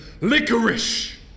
licorice